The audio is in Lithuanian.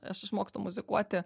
aš išmokstu muzikuoti